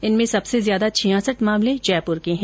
इनमें सबसे ज्यादा छियासठ मामले जयपूर के हैं